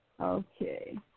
Okay